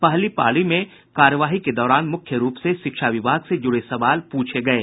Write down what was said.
पहली पाली की कार्यवाही के दौरान मुख्य रूप से शिक्षा विभाग से जुड़े सवाल पूछे गये